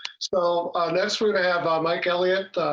so that's what i have on my kelly ah